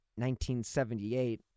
1978